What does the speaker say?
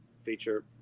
feature